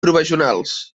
provisionals